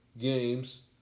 games